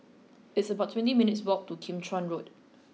it's about twenty minutes' walk to Kim Chuan Road